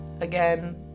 again